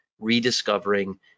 Rediscovering